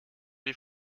die